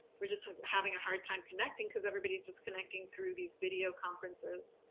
we're just having a hard time connecting because everybody's just connecting through these video conferences.